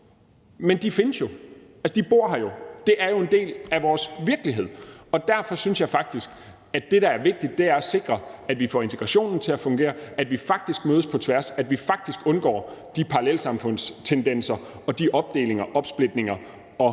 men de findes jo, de bor her jo, det er jo en del af vores virkelighed. Derfor synes jeg faktisk, at det, der er vigtigt, er at sikre, at vi får integrationen til at fungere, at vi faktisk mødes på tværs, at vi faktisk undgår de parallelsamfundstendenser og de opdelinger, opsplitninger og